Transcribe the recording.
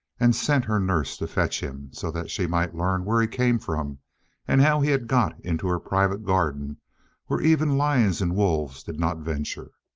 and sent her nurse to fetch him so that she might learn where he came from and how he had got into her private garden where even lions and wolves did not venture.